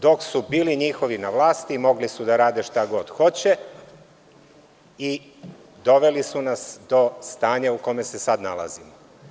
Dok su bili njihovi na vlasti, mogli su da rade šta god hoće i doveli su nas do stanja u kome se sada nalazimo.